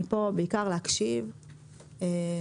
אני פה בעיקר להקשיב לשטח,